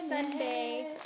Sunday